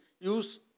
use